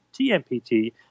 TMPT